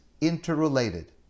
interrelated